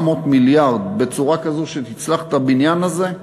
מיליארד בצורה כזו שתצלח את הבניין הזה,